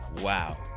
Wow